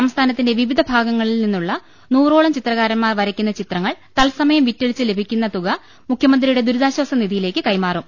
സംസ്ഥാനത്തിന്റെ വിവിധ ഭാഗങ്ങളിൽ ന്നിന്നുള്ള നൂറോളം ചിത്രകാരൻമാർ വരയ്ക്കുന്ന ചിത്രങ്ങൾ തർസമയം വിറ്റഴിച്ച് ലഭിക്കുന്നതുക മുഖ്യമന്ത്രിയുടെ ദൂരിതാശ്ചാസ നിധിയിലേക്ക് കൈമാറും